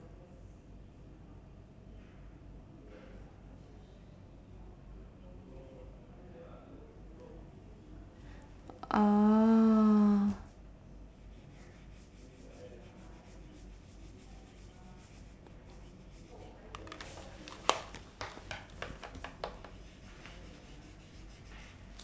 oh